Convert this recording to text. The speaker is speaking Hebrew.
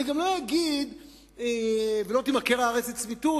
אני גם לא אגיד "ולא תימכר הארץ לצמיתות",